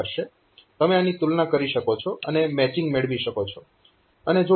તમે આની તુલના કરી શકો છો અને મેચીંગ મેળવી શકો છો